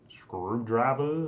Screwdriver